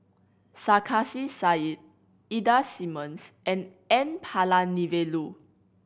Sarkasi Said Ida Simmons and N Palanivelu